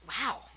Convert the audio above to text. Wow